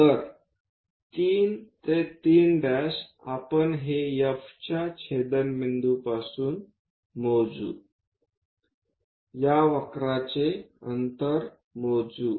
तर 3 ते 3 आपण हे F च्या छेदनबिंदूपासून मोजू या वक्राचे अंतर मोजू